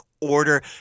order